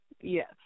Yes